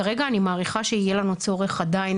כרגע אני מעריכה שיהיה לנו צורך עדיין